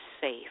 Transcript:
safe